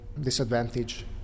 disadvantage